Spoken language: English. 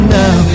now